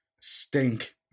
stink